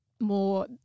more